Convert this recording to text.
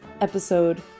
episode